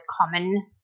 common